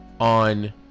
on